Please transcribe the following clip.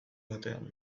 batean